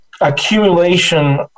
accumulation